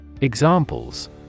Examples